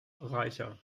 reicher